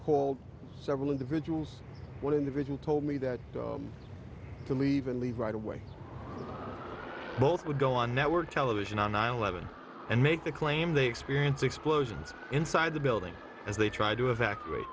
r several individuals one individual told me that to leave and leave right away both would go on network television on nine eleven and make the claim they experience explosions inside the building as they try to